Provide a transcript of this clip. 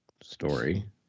story